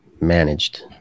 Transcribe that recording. managed